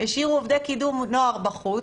השאירו עובדי קידום נוער בחוץ,